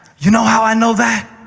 you know how i know that?